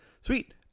Sweet